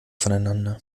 voneinander